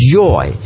joy